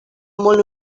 molt